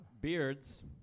beards